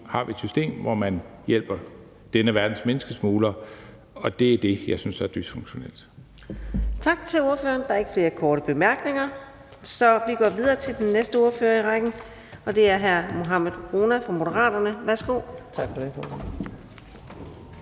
har vi et system, hvor man hjælper denne verdens menneskesmuglere, og det er det, jeg synes er dysfunktionelt.